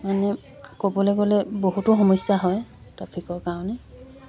মানে ক'বলৈ গ'লে বহুতো সমস্যা হয় ট্ৰাফিকৰ কাৰণে